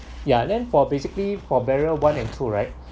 ya then for basically for barrier one and two right